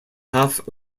half